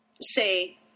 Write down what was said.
say